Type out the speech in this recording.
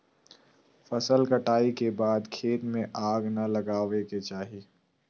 फसल कटाई के बाद खेत में आग नै लगावय के चाही